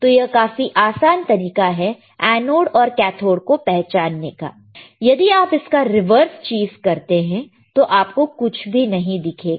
तो यह काफी आसान तरीका है एनोड और कैथोड को पहचानने का यदि आप इसका रिवर्स चीज करते हैं तो आपको कुछ भी नहीं दिखेगा